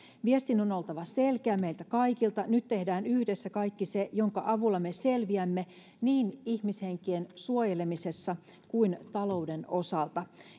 viestin on oltava selkeä meiltä kaikilta nyt tehdään yhdessä kaikki se jonka avulla me selviämme niin ihmishenkien suojelemisessa kuin talouden osalta